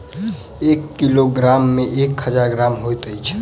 एक किलोग्राम मे एक हजार ग्राम होइत अछि